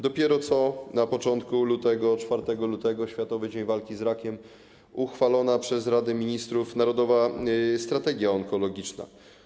Dopiero co na początku lutego, 4 lutego, w Światowym Dniu Walki z Rakiem uchwalona została przez Radę Ministrów Narodowa Strategia Onkologiczna.